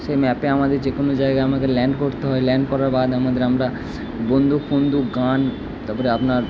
সেই ম্যাপে আমাদের যে কোনো জায়গায় আমাদের ল্যান্ড করতে হয় ল্যান্ড করার বাদ আমাদের আমরা বন্দুক ফন্দুক গান তারপরে আপনার